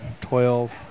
twelve